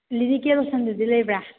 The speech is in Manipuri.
ꯂꯤꯔꯤꯀꯦꯜ ꯂꯣꯁꯟꯗꯨꯗꯤ ꯂꯩꯕ꯭ꯔꯥ